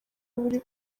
buri